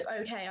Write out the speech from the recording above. okay